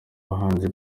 bahanzi